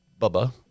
Bubba